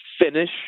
finish